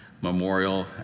Memorial